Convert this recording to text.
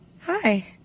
Hi